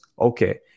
okay